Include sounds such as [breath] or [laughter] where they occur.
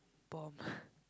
bomb [breath]